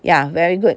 ya very good